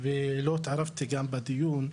ולא התערבתי בדיון,